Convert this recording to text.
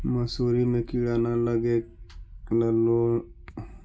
मसुरी मे किड़ा न लगे ल कोन दवाई मिला के रखबई?